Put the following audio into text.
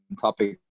topic